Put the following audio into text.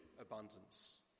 abundance